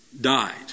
died